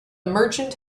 merchant